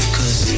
Cause